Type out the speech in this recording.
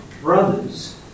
brothers